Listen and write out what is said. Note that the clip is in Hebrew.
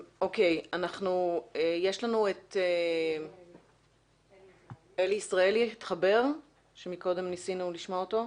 יש לנו את אלי יזרעאלי שקודם ניסינו לשמוע אותו?